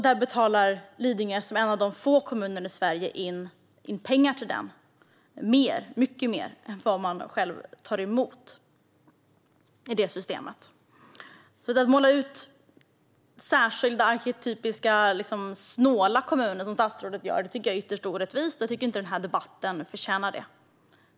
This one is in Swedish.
Där betalar Lidingö, som en av få kommuner i Sverige, in pengar till detta system - mycket mer än man själv tar emot. Att måla upp särskilda arketypiska snåla kommuner, som statsrådet gör, tycker jag är ytterst orättvist. Jag tycker inte att denna debatt förtjänar det.